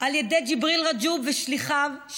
על ידי ג'יבריל רג'וב ושליחיו,